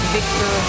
Victor